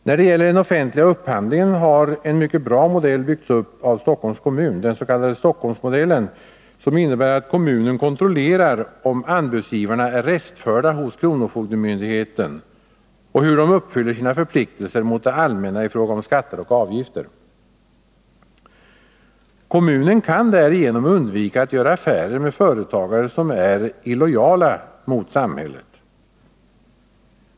När det gäller den offentliga upphandlingen har en mycket bra modell byggts upp av Stockholms kommun. Den s.k. Stockholmsmodellen innebär att kommunen kontrollerar om anbudsgivarna är restförda hos kronofogdemyndigheten och hur de uppfyller sina förpliktelser mot det allmänna i fråga om skatter och avgifter. Kommunen kan därigenom undvika att göra affärer med företagare som är illojala mot samhället.